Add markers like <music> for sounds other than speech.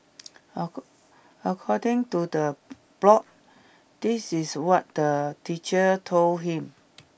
<unintelligible> according to the blog this is what the teacher told him